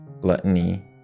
gluttony